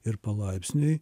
ir palaipsniui